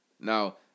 Now